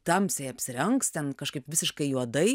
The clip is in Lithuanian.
tamsiai apsirengs ten kažkaip visiškai juodai